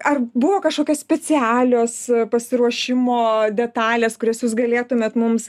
ar buvo kažkokios specialios pasiruošimo detalės kurias jūs galėtumėt mums